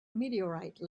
meteorite